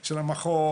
של המחוז,